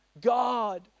God